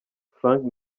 frank